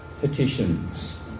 petitions